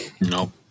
Nope